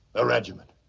ah regiment